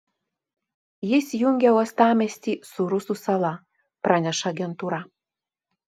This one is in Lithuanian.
jis jungia uostamiestį su rusų sala praneša agentūra